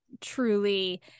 truly